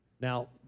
Now